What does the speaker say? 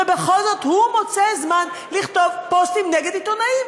ובכל זאת הוא מוצא זמן לכתוב פוסטים נגד עיתונאים.